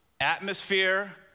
atmosphere